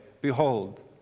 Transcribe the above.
Behold